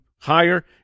higher